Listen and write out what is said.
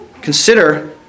Consider